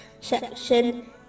section